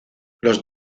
los